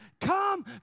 come